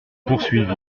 poursuivit